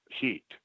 heat